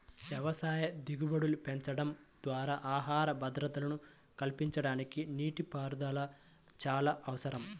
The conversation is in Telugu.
వ్యవసాయ దిగుబడులు పెంచడం ద్వారా ఆహార భద్రతను కల్పించడానికి నీటిపారుదల చాలా అవసరం